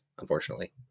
unfortunately